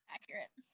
Accurate